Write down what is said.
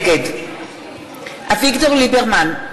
נגד אביגדור ליברמן,